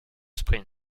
sprint